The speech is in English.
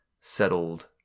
settled